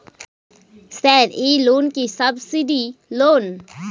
Sir এই loan কি subsidy loan?